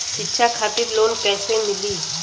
शिक्षा खातिर लोन कैसे मिली?